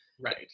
right